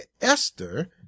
Esther